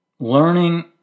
Learning